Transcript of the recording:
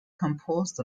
composed